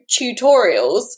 tutorials